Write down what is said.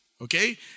Okay